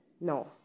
No